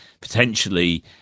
potentially